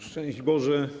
Szczęść Boże!